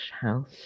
house